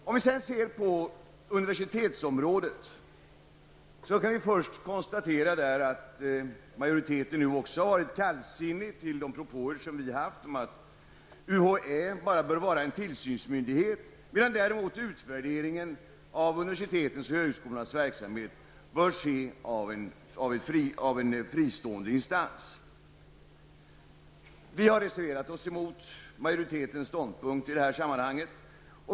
När det gäller universitetsområdet kan vi först konstatera att majoriteten även nu har varit kallsinnig till våra propåer om att UHÄ bara bör vara en tillsynsmyndighet medan däremot utvärderingen av universitetens och högskolornas verksamhet bör göras av en fristående instans. Vi har reserverat oss mot majoritetens ståndpunkt i detta sammanhang.